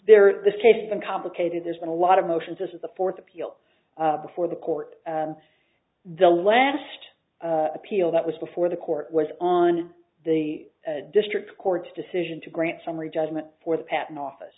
there is this case been complicated there's been a lot of motions this is the fourth appeal before the court the last appeal that was before the court was on the district court's decision to grant summary judgment for the patent office